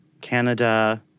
Canada